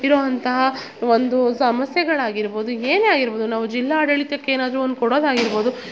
ಇರೋವಂತಹ ಒಂದು ಸಮಸ್ಯೆಗಳಾಗಿರ್ಬೋದು ಏನೇ ಆಗಿರ್ಬೋದು ನಾವು ಜಿಲ್ಲಾಡಳಿತಕ್ಕೆ ಏನಾದರು ಒಂದು ಕೊಡೋದಾಗಿರ್ಬೋದು